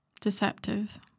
Deceptive